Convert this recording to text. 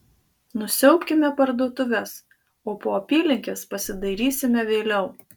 nusiaubkime parduotuves o po apylinkes pasidairysime vėliau